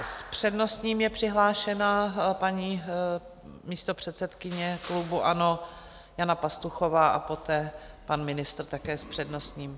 S přednostním právem je přihlášena paní místopředsedkyně klubu ANO Jana Pastuchová a poté pan ministr, také s přednostním.